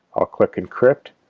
i'll click encrypt,